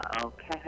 Okay